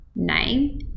name